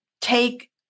take